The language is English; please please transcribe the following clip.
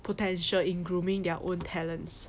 potential in grooming their own talents